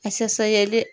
اسہِ ہَسا ییٚلہِ